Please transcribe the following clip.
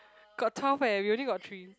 got twelve eh we only got three